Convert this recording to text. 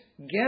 get